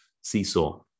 seesaw